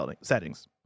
settings